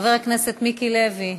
חבר הכנסת מיקי לוי,